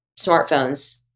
smartphones